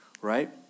Right